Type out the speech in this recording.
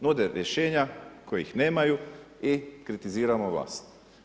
Nude rješenja kojih nemaju i kritiziramo vlast.